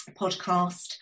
podcast